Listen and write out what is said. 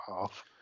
half